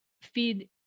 feed